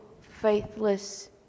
faithless